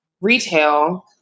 retail